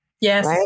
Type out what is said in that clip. Yes